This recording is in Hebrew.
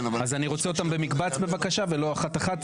אז אני רוצה אותן במקבץ בבקשה ולא אחת אחת,